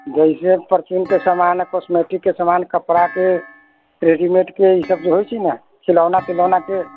जैसे परचुनके सामान आ कॉस्मेटिकके सामान कपड़ाके रेडीमेडके ईसभ जे होइ छै ने खेलौना तेलौनाके